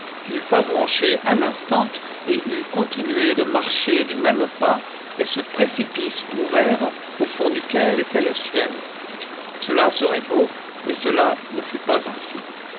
n'eût pas bronché un instant et eût continué de marcher du même pas vers ce précipice ouvert au fond duquel était le ciel cela serait beau mais cela ne fut pas ainsi